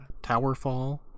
Towerfall